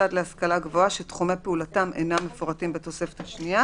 מוסד להשכלה גבוהה שתחומי פעולתם אינם מפורטים בתוספת השנייה